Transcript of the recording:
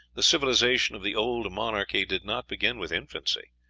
the civilization of the old monarchy did not begin with infancy.